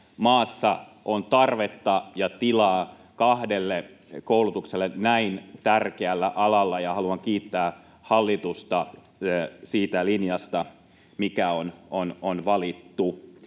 maassa on tarvetta ja tilaa kahdelle koulutukselle näin tärkeällä alalla, ja haluan kiittää hallitusta siitä linjasta, mikä on valittu.